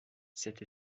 cette